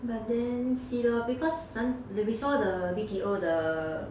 but then see lah because like we saw the B_T_O the